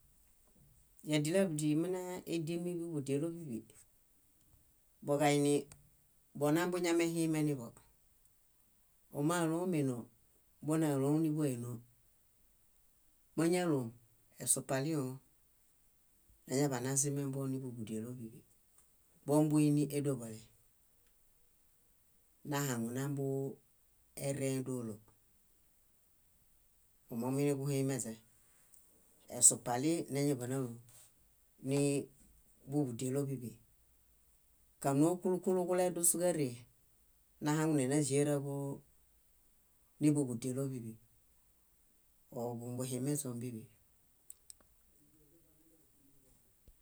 . Yádilaḃudi mínadiemibuḃudielobiḃi, boġainibonañamehimeniḃo. Ómalomenoo, bónaloniḃoenoo, máñaloom esupalĩoo añaḃanezimemḃo níbuḃudielobiḃi. Bombuini édoḃole nahaŋunabuerẽe dóolo, omuiḃuhimeźe. Esupalĩ máñaḃanaloom nii búḃudielobiḃi. Kánoo kúlu kúlu kuledus káree, nahaŋune néĵeraġoo níbuḃudielobiḃi. Oo bumbuhimeźe ómbiḃi.